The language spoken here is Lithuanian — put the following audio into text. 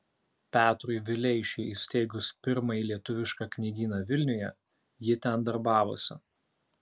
petrui vileišiui įsteigus pirmąjį lietuvišką knygyną vilniuje ji ten darbavosi